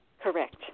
Correct